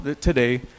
today